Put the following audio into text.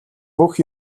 бүх